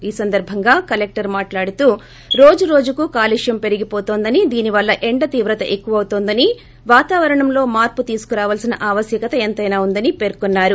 ఈ సందర్బంగా కలెక్టర్ మాట్లాడుతూ రోజు రోజుకు కాలుష్యం పెరిగిపోతుందని దీనివల్ల ఎండ తీవ్రత ఎక్కువవుతుందని వాతావరణంలో మార్పు తీసుకురావలసిన ఆవశ్వకత ఎంతైనా ఉందని పేర్కొన్నారు